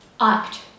Act